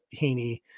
Heaney